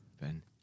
Ben